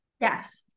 Yes